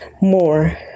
more